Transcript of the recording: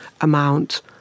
amount